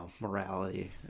morality